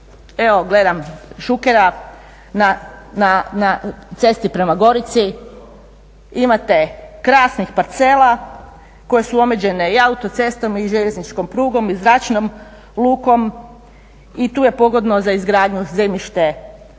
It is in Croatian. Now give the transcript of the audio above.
Evo gledam Šukera na cesti prema Gorici, imate krasnih parcela koje su omeđene i autocestom i željezničkom prugom i zračnom lukom i tu je pogodno za izgradnju zemljište